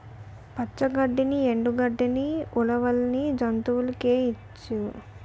పచ్చ గడ్డిని ఎండు గడ్డని ఉలవల్ని జంతువులకేయొచ్చు